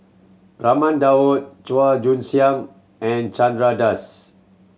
Raman Daud Chua Joon Siang and Chandra Das